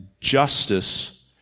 justice